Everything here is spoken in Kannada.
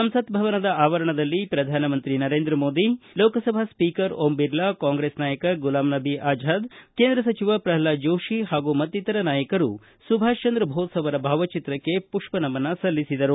ಸಂಸತ್ ಭವನದ ಆವರಣದಲ್ಲಿ ಪ್ರಧಾನ ಮಂತ್ರಿ ನರೇಂದ್ರ ಮೋದಿ ಲೋಕಸಭಾ ಸ್ವೀಕರ್ ಓಂ ಬಿರ್ಲಾ ಕಾಂಗ್ರೆಸ್ ನಾಯಕ ಗುಲಾಂ ನಬಿ ಆಝಾದ್ ಕೇಂದ್ರ ಸಚಿವ ಪ್ರಲ್ನಾದ ಜೋಶಿ ಹಾಗೂ ಮತ್ತಿತರ ನಾಯಕರು ಸುಭಾಷ ಚಂದ್ರ ಬೋಸ್ ಅವರ ಭಾವಚಿತ್ರಕ್ಕೆ ಪುಷ್ಪನಮನ ಸಲ್ಲಿಸಿದರು